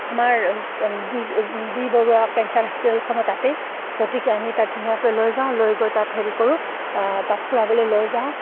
আমাৰ B B Barooah cancer হস্পিটেলখনো তাতেই গতিকে আমি তাত ধুনীয়াকৈ লৈ যাওঁ লৈ গৈ তাত হেৰি কৰোঁ তাত ফুৰাবলৈ লৈ যাওঁ